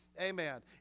Amen